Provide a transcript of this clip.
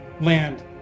land